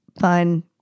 fun